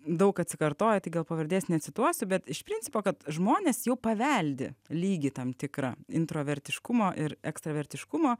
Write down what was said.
daug atsikartoja tik gal pavardės necituosiu bet iš principo kad žmonės jau paveldi lygį tam tikrą introvertiškumo ir ekstavertiškumo